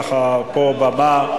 חבר הכנסת כץ, היתה לך פה במה.